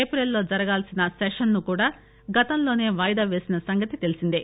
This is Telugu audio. ఏప్రిల్ లో జరగాల్సిన సెషన్ ను కూడా గతంలోనే వాయిదా వేసిన సంగతి తెలిసిందే